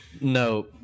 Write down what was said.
No